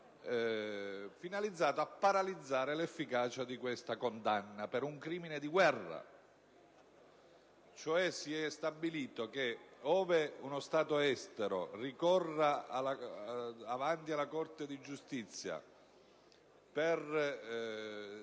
finalizzato a paralizzare l'efficacia di questa condanna per un crimine di guerra. Si è cioè stabilito che, ove uno Stato estero ricorra avanti alla Corte internazionale